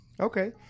Okay